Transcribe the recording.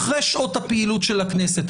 אחרי שעות הפעילות של הכנסת.